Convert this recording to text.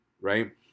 right